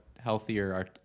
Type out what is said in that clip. Healthier